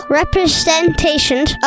representations